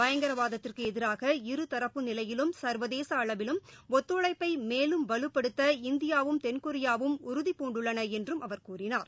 பயங்கரவாதத்திற்கு எதிராக இரு தரப்பு நிலையிலும் சர்வதேச அளவிலும் ஒத்துழைப்பை மேலும் வலுப்படுத்த இந்தியாவும் தென்கொரியாவும் உறுதிபூண்டுள்ளன என்றும் அவர் கூறினார்